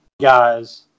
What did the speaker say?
guys